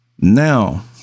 Now